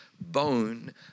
bone